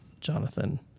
Jonathan